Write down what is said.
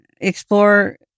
explore